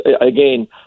again